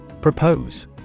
Propose